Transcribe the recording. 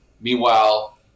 Meanwhile